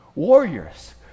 warriors